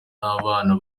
n’abana